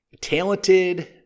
Talented